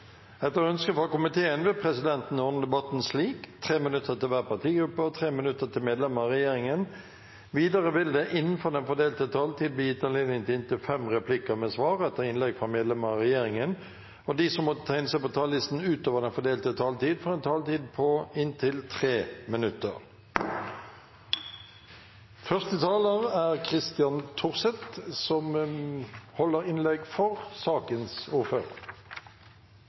Etter ønske fra transport- og kommunikasjonskomiteen vil presidenten ordne debatten slik: 3 minutter til hver partigruppe og 3 minutter til medlemmer av regjeringen. Videre vil det – innenfor den fordelte taletid – bli gitt anledning til inntil fem replikker med svar etter innlegg fra medlemmer av regjeringen, og de som måtte tegne seg på talerlisten utover den fordelte taletid, får også en taletid på inntil 3 minutter. Første taler er Christian Torset, som holder innlegg for sakens ordfører.